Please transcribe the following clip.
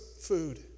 food